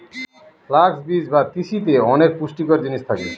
flux বীজ বা তিসিতে অনেক পুষ্টিকর জিনিস থাকে